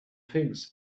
things